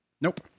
Nope